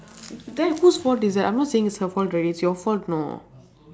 then whose fault is that I'm not saying it's her fault already it's your fault know